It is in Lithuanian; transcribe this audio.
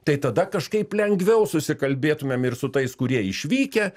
tai tada kažkaip lengviau susikalbėtumėm ir su tais kurie išvykę